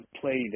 played